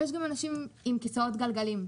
יש אנשים עם כיסאות גלגלים,